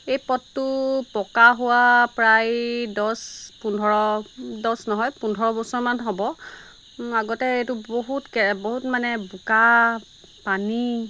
এই পথটো পকা হোৱা প্ৰায় দহ পোন্ধৰ দহ নহয় পোন্ধৰ বছৰমান হ'ব আগতে এইটো বহুত বহুত মানে বোকা পানী